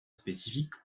spécifiques